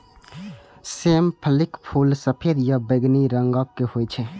सेम फलीक फूल सफेद या बैंगनी रंगक होइ छै